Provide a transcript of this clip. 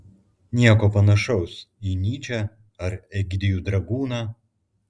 nieko panašaus į nyčę ar egidijų dragūną